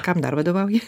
kam dar vadovauji